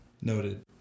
noted